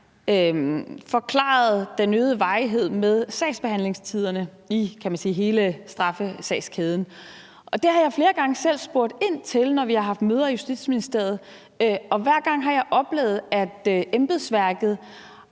forklarede den øgede varighed med sagsbehandlingstiderne i hele straffesagskæden. Det har jeg flere gange selv spurgt ind til, når vi har haft møder i Justitsministeriet, og hver gang har jeg oplevet, at embedsværket